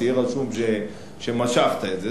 שיהיה רשום שמשכת את זה.